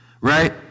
right